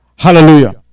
Hallelujah